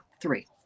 three